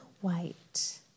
white